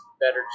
better